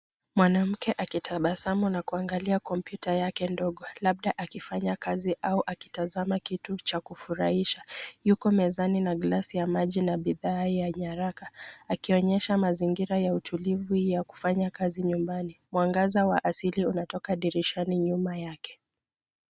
Mwanamke akitabasamu na kuangalia kompyuta yake ndogo, labda akifanya kazi au akitazama kitu cha kufurahisha. Yuko mezani na glasi ya maji na bidhaa ya nyaraka, akionyesha mazingira ya utulivu ya kufanya kazi nyumbani. Mwangaza wa asili unatoka dirishani nyuma yake.